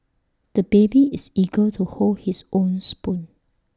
the baby is eager to hold his own spoon